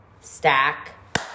Stack